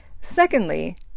Secondly